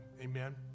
amen